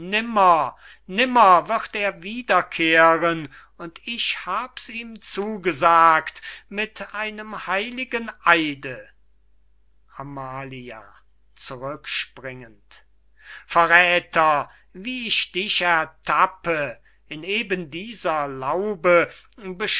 nimmer wird er wiederkehren und ich hab's ihm zugesagt mit einem heiligen eide amalia zurückspringend verräther wie ich dich ertappe in eben dieser laube